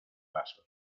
pasos